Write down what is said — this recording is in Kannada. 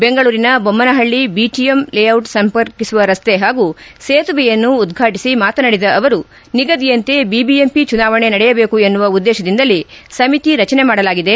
ಬೆಂಗಳೂರಿನ ಬೊಮ್ನಹಳ್ಳ ಬಿಟಿಎಂ ಲೇಟಿಟ್ ಸಂಪರ್ಕಿಸುವ ರಸ್ತೆ ಹಾಗೂ ಸೇತುವೆಯನ್ನು ಉದ್ವಾಟಿಸಿ ಮಾತನಾಡಿದ ಅವರು ನಿಗದಿಯಂತೆ ಬಿಬಿಎಂಪಿ ಚುನಾವಣೆ ನಡೆಯಬೇಕು ಎನ್ನುವ ಉದ್ದೇಶದಿಂದಲೇ ಸಮಿತಿ ರಚನೆ ಮಾಡಲಾಗಿದೆ